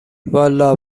والا